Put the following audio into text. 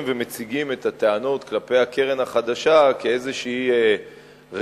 ומציגים את הטענות כלפי הקרן החדשה כאיזו רדיפה,